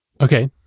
Okay